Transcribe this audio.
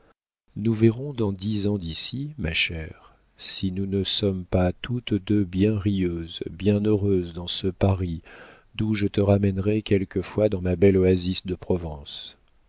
nous verrons dans dix ans d'ici ma chère si nous ne sommes pas toutes deux bien rieuses bien heureuses dans ce paris d'où je te ramènerai quelquefois dans ma belle oasis de provence